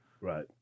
Right